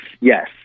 yes